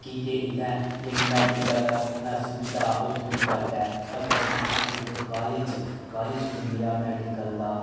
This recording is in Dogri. कि के इत्थें जेह्ड़ी मेडिकल सुविधा ओह् थोह्ड़ी घट्ट ऐ अगर इत्थें इक कालेज कालेज खुल्ली जा मेडिकल दा